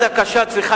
אזורים נידחים,